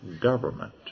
government